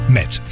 met